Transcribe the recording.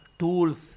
tools